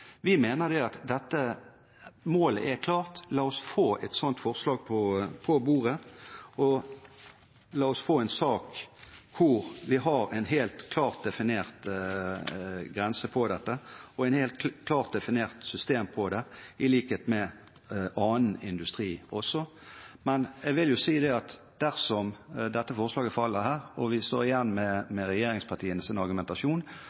Vi mener at dette målet er klart. La oss få et sånt forslag på bordet, og la oss få en sak hvor vi har en helt klart definert grense på dette og et helt klart definert system på det, i likhet med for annen industri. Dersom dette forslaget faller og vi står igjen med regjeringspartienes argumentasjon,